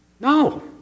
No